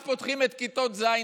אז פותחים את כיתות ז'-ח'.